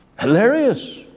hilarious